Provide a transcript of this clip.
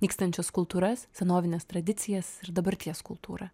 nykstančias kultūras senovines tradicijas ir dabarties kultūrą